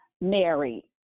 Mary